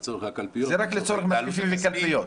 לצורך הקלפיות.